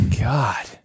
God